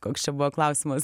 koks čia buvo klausimas